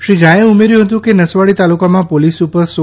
શ્રી ઝાએ ઉમેર્યું હતું કે નસવાડી તાલુકામાં પોલીસ ઉપર તા